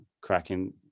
cracking